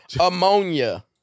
Ammonia